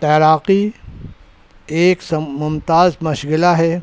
تیراکی ایک ممتاز مشغلہ ہے